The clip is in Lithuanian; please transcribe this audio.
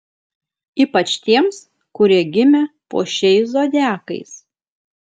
ypač tiems kurie gimė po šiais zodiakais